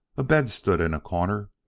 a bed stood in a corner,